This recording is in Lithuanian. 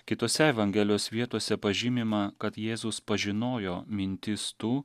kitose evangelijos vietose pažymima kad jėzus pažinojo mintis tų